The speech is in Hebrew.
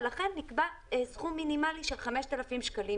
ולכן נקבע סכום מינימלי של 5,000 שקלים